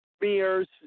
mirrors